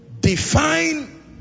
Define